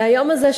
היום הזה,